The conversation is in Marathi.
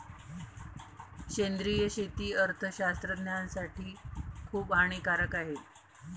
सेंद्रिय शेती अर्थशास्त्रज्ञासाठी खूप हानिकारक आहे